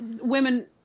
women